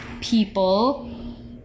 people